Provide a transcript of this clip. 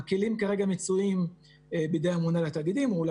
הכלים כרגע מצויים בידי הממונה על התאגידים או אולי